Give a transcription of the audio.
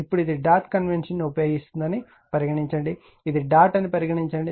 ఇప్పుడు ఇది డాట్ కన్వెన్షన్ను ఉపయోగిస్తుందని పరిగణించండి ఇది డాట్ అని పరిగణించండి